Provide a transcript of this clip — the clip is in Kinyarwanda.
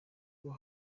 kuba